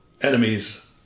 enemies